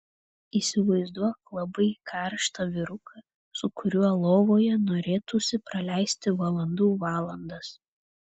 įsivaizduok labai karštą vyruką su kuriuo lovoje norėtųsi praleisti valandų valandas